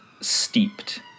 steeped